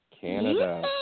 Canada